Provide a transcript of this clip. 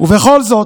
וכל זאת,